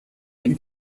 him